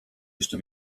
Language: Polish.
jeszcze